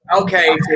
Okay